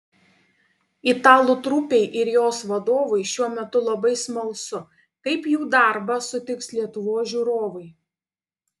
italų trupei ir jos vadovui šiuo metu labai smalsu kaip jų darbą sutiks lietuvos žiūrovai